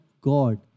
God